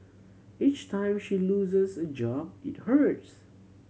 each time she loses a job it hurts